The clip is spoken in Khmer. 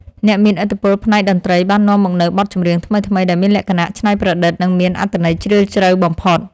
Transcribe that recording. អ្នកមានឥទ្ធិពលផ្នែកតន្ត្រីបាននាំមកនូវបទចម្រៀងថ្មីៗដែលមានលក្ខណៈច្នៃប្រឌិតនិងមានអត្ថន័យជ្រាលជ្រៅបំផុត។